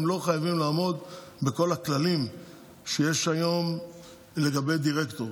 הם לא חייבים לעמוד בכל הכללים שיש היום לגבי דירקטור,